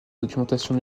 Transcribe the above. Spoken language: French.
documentation